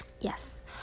Yes